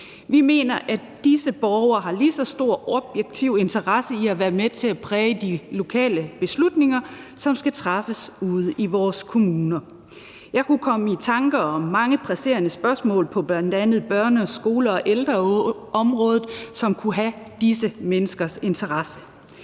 Vi mener, at disse borgere har en lige så stor objektiv interesse i at være med til at præge de lokale beslutninger, som skal træffes ude i vores kommuner, som danskere har. Jeg kunne komme i tanke om mange presserende spørgsmål på bl.a. børne-, skole- og ældreområdet, som kunne have disse menneskers interesse.